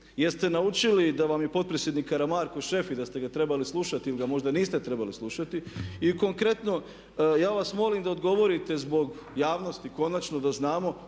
Jeste naučili da vam je potpredsjednik Karamarko šef i da ste ga trebali slušati ili ga možda niste trebali slušati. I konkretno, ja vas molim da odgovorite zbog javnosti konačno da znamo